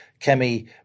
Kemi